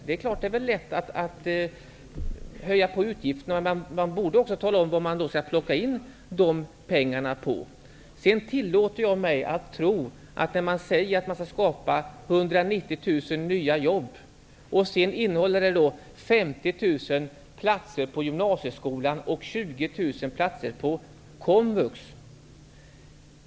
Det är klart att det är lätt att öka utgifterna, men man borde också tala om vad man skall plocka in de pengarna på. Man säger att man skall skapa 190 000 nya jobb, men 50 000 av dem är platser på gymnasieskolan och 20 000 är platser på komvux.